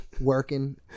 Working